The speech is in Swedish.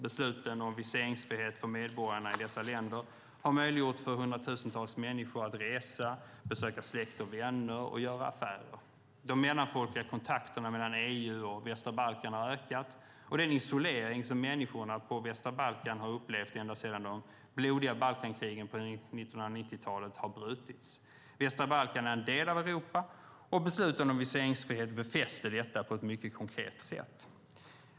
Besluten om viseringsfrihet för medborgarna i dessa länder har möjliggjort för hundratusentals människor att resa, besöka släkt och vänner och göra affärer. De mellanfolkliga kontakterna mellan EU och Västra Balkan har ökat, och den isolering som människorna på Västra Balkan har upplevt ända sedan de blodiga balkankrigen på 1990-talet har brutits. Västra Balkan är en del av Europa, och besluten om viseringsfrihet befäste detta på ett mycket konkret sätt.